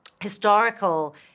historical